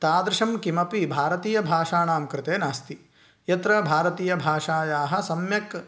तादृशं किमपि भारतीयभाषाणां कृते नास्ति यत्र भारतीयभाषायाः सम्यक्